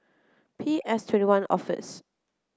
P S Twenty one Office